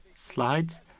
slides